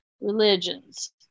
religions